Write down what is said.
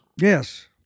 Yes